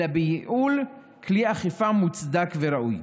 אלא בייעול כלי אכיפה מוצדק וראוי.